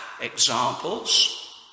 examples